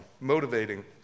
motivating